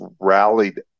rallied